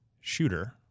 shooter